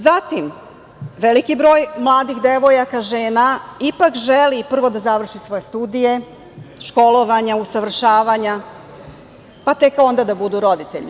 Zatim, veliki broj mladih devojaka, žena, ipak želi prvo da završi svoje studije, školovanja, usavršavanja, pa tek onda da budu roditelji.